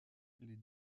les